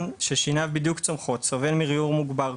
ששיניו בדיוק צומחות סובל מריור מוגבר,